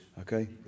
Okay